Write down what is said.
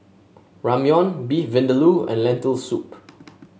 Ramyeon Beef Vindaloo and Lentil Soup